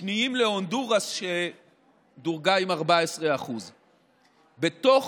שנייה להונדורס, שדורגה עם 14%. בתוך